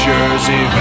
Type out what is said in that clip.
Jersey